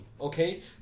Okay